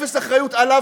אפס אחריות עליו,